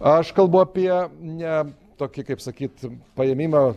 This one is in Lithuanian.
aš kalbu apie ne tokį kaip sakyti paėmimą